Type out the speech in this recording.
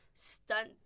stunt